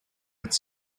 its